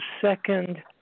second